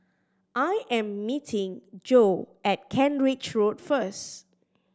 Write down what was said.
I am meeting Jo at Kent Ridge Road first